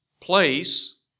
place